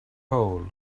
hole